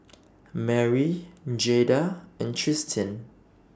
Merrie Jaida and Tristin